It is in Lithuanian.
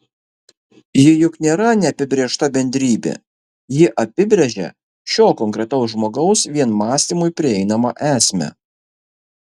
ji juk nėra neapibrėžta bendrybė ji apibrėžia šio konkretaus žmogaus vien mąstymui prieinamą esmę